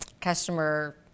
customer-